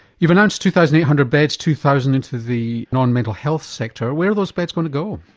you've announced two thousand eight hundred beds, two thousand into the non-mental health sector where are those beds going to go?